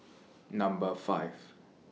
Number five